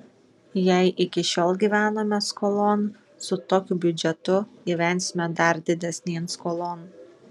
jei iki šiol gyvenome skolon su tokiu biudžetu gyvensime dar didesnėn skolon